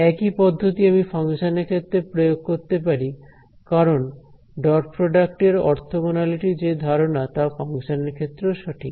একই পদ্ধতি আমি ফাংশনের ক্ষেত্রে প্রয়োগ করতে পারি কারণ ডট প্রডাক্ট এর অর্থগণালিটির যে ধারণা তা ফাংশনের ক্ষেত্রেও সঠিক